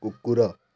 କୁକୁର